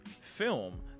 film